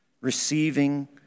receiving